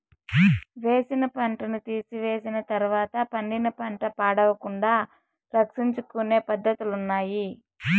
వేసిన పంటను తీసివేసిన తర్వాత పండిన పంట పాడవకుండా సంరక్షించుకొనే పద్ధతులున్నాయి